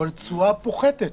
אבל תשואה פוחתת,